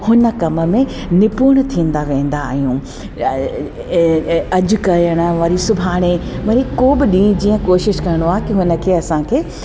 हुन कम में निपुर्ण थींदा वेंदा आहियूं अॼु करण वरी सुभाणे वरी को बि ॾींहुं कोशिशि करिणो आहे की उन खे असांखे